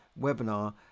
webinar